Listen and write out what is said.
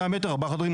100 מטר ארבעה חדרים,